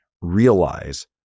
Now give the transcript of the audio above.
realize